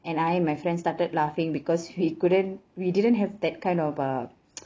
and I my friends started laughing because we couldn't we didn't have that kind of a